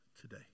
today